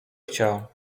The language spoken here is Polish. chciał